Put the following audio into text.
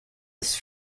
this